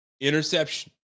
Interception